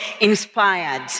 inspired